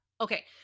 Okay